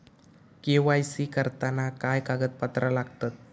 KYC करताना काय कागदपत्रा लागतत?